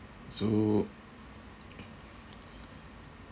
so